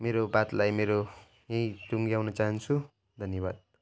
मेरो बातलाई मेरो यहीँ टुङ्ग्याउन चाहन्छु धन्यवाद